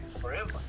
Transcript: forever